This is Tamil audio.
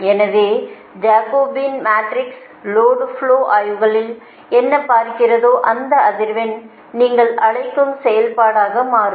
எனவே ஜாகோபியன் மேட்ரிக்ஸ் லோடு ஃப்லோ ஆய்வுகளில் என்ன பார்க்கிறதோ அந்த அதிர்வெண் நீங்கள் அழைக்கும் செயல்பாடாக மாறும்